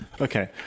okay